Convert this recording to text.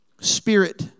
spirit